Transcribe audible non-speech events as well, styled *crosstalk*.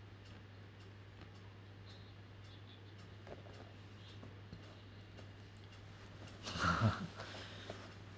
*laughs*